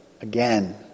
again